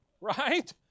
Right